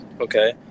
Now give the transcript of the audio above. okay